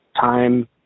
time